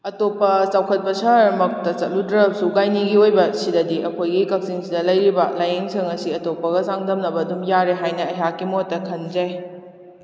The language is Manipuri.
ꯑꯇꯣꯞꯄ ꯆꯥꯎꯈꯠꯄ ꯁꯍꯔ ꯃꯛꯇ ꯆꯠꯂꯨꯗ꯭ꯔꯒꯁꯨ ꯒꯥꯏꯅꯤꯒꯤ ꯑꯣꯏꯕ ꯁꯤꯗꯗꯤ ꯑꯩꯈꯣꯏꯒꯤ ꯀꯛꯆꯤꯡꯁꯤꯗ ꯂꯩꯔꯤꯕ ꯂꯥꯏꯌꯦꯡ ꯁꯪ ꯑꯁꯤ ꯑꯇꯣꯞꯄꯒ ꯆꯥꯡꯗꯝꯅꯕ ꯑꯗꯨꯝ ꯌꯥꯔꯦ ꯍꯥꯏꯅ ꯑꯩꯍꯛꯀꯤ ꯃꯣꯠꯇ ꯈꯟꯖꯩ